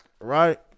Right